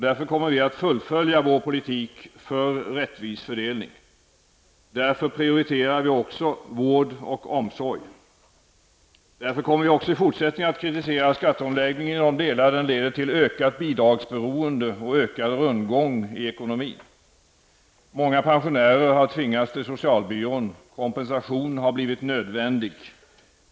Därför kommer vi att fullfölja vår politik för rättvis fördelning. Därför prioriterar vi vård och omsorg. Därför kommer vi också i fortsättningen att kritisera skatteomläggningen i de delar den leder till ökat bidragsberoende och ökad rundgång i ekonomin. Många pensionärer har tvingats till socialbyrån. Kompensation har blivit nödvändig.